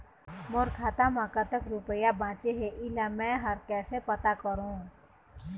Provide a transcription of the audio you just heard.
मोर खाता म कतक रुपया बांचे हे, इला मैं हर कैसे पता करों?